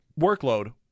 workload